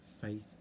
faith